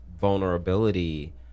vulnerability